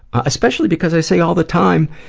especially because i say all the time,